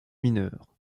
mineur